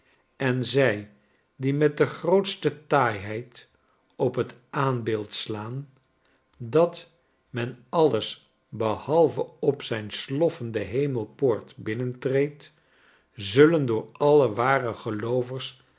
en zij die met de grootste taaiheid op t aanbeeld slaan dat men alles behalve op zijn sloffen de hemelpoort binnentreedt zullen door alle ware geloo